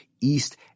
East